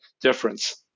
difference